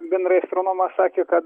bendrai astronomas sakė kad